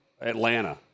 Atlanta